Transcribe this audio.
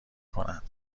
کنند